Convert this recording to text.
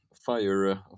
fire